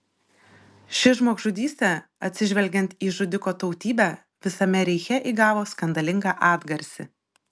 ši žmogžudystė atsižvelgiant į žudiko tautybę visame reiche įgavo skandalingą atgarsį